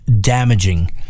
damaging